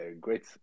great